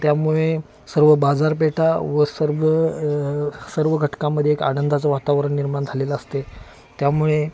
त्यामुळे सर्व बाजारपेठा व सर्व सर्व घटकांमध्ये एक आनंदाचं वातावरण निर्माण झालेलं असतं आहे त्यामुळे